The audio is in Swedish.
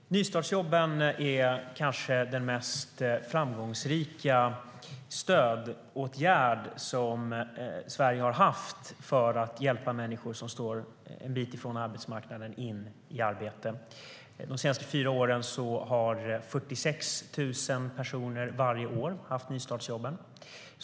Fru talman! Nystartsjobben är kanske den mest framgångsrika stödåtgärd som Sverige har haft för att hjälpa människor som står en bit från arbetsmarknaden in i arbete. Under de senaste fyra åren har 46 000 personer varje år haft nystartsjobb.